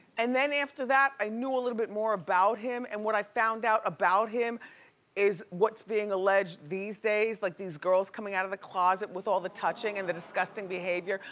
and then after that, i knew a little bit more about him and what i found out about him is what's being alleged these days, like these girls coming out of the closet with all the touching and the disgusting behavior,